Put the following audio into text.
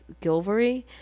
Gilvery